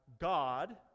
God